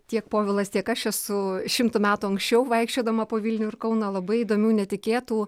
tiek povilas tiek aš esu šimtu metų anksčiau vaikščiodama po vilnių ir kauną labai įdomių netikėtų